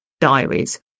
diaries